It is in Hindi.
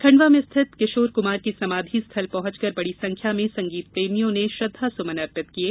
खंडवा में स्थित किशोरदा की समाधि स्थल पहुंचकर बड़ी संख्या में संगीतप्रेमियों ने श्रद्वा सुमन अर्पित किये